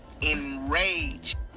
enraged